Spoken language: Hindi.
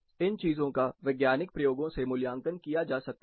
इन चीजों का वैज्ञानिक प्रयोगो से मूल्यांकन किया जा सकता है